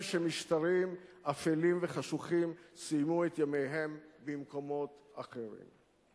שמשטרים אפלים וחשוכים סיימו את ימיהם במקומות אחרים.